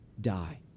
die